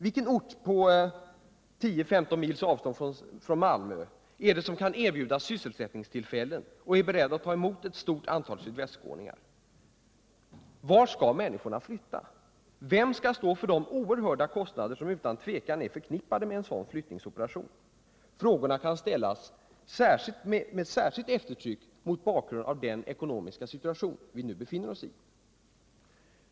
Vart skall människorna flytta? Vilken ort 10-15 mil ifrån Malmö kan erbjuda sysselsättningstillfällen och är beredd att ta emot ett stort antal sydvästskåningar? Vem skall stå för de oerhörda kostnader som utan tvekan är förknippade med en sådan flyttningsoperation? Frågorna kan ställas med särskilt eftertryck mot bakgrund av den ekonomiska situation vi befinner oss i.